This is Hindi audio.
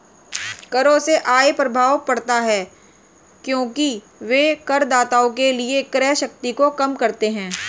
करों से आय प्रभाव पड़ता है क्योंकि वे करदाताओं के लिए क्रय शक्ति को कम करते हैं